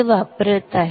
हे वापरत आहे